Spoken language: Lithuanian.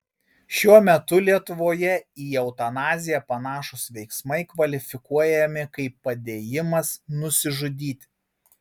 šiuo metu lietuvoje į eutanaziją panašūs veiksmai kvalifikuojami kaip padėjimas nusižudyti